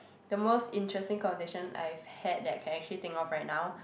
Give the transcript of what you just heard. the most interesting conversation I've had that I actually can think of right now